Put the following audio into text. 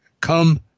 come